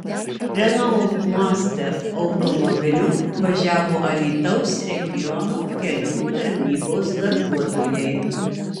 renault master automobiliu važiavo alytaus regiono kelių tarnybos darbuotojai